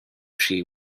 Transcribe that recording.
she